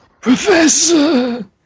Professor